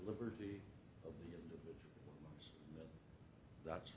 liberty that's